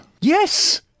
Yes